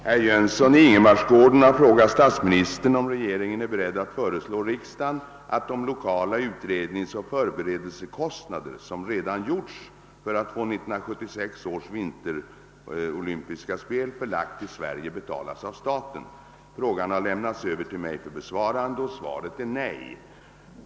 Herr talman! Herr Jönsson i Ingemarsgården har frågat statsministern om regeringen är beredd att föreslå riksdagen att de lokala utredningsoch förberedelsekostnader, som redan nedlagts för att få 1976 års vinter-OS förlagt till Sverige, betalas av staten. Frågan har lämnats över till mig för besvarande. Svaret är nej.